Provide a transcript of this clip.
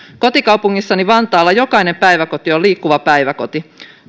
kotikaupungissani vantaalla jokainen päiväkoti on liikkuva päiväkoti